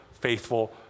faithful